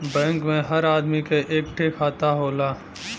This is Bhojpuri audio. बैंक मे हर आदमी क एक ठे खाता होला